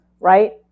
Right